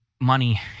money